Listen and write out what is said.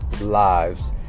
lives